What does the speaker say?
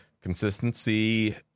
Consistency